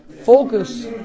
focus